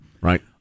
Right